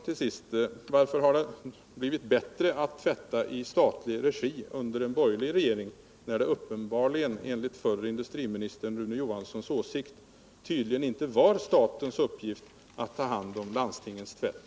Till sist: Varför har det blivit bättre att tvätta i statlig regi under en borgerlig regering, när det uppenbarligen enligt förre industriministern Rune Johanssons åsikt inte var statens uppgift att ta hand om landstingens tvätt?